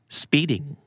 speeding